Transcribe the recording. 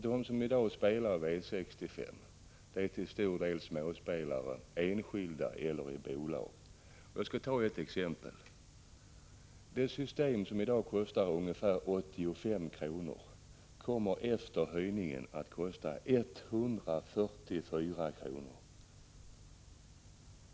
De som i dag spelar V6S5 är till stor del småspelare, enskilda eller i bolag. Jag skall ta ett exempel. Ett system som i dag kostar omkring 85 kr. kommer efter höjningen att kosta 144 kr.